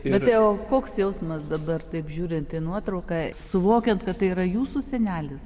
bet tai o koks jausmas dabar taip žiūrint į nuotrauką suvokiant kad tai yra jūsų senelis